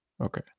Okay